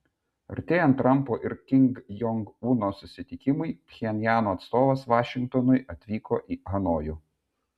artėjant trampo ir kim jong uno susitikimui pchenjano atstovas vašingtonui atvyko į hanojų